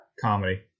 Comedy